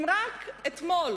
אם רק אתמול,